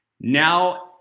Now